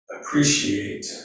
appreciate